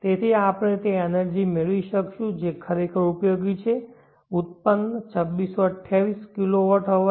તેથી આપણે તે એનર્જી મેળવીશું જે ખરેખર ઉપયોગી ઉત્પન્ન 2628 kWH છે